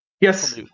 Yes